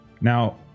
Now